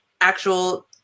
actual